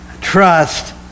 trust